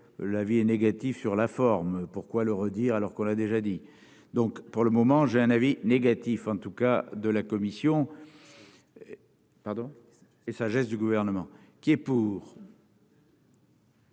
la vie est négatif sur la forme, pourquoi le redire alors qu'on a déjà dit, donc pour le moment j'ai un avis négatif, en tout cas de la commission pardon et sagesse du gouvernement qui est pour.